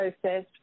process